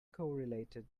correlated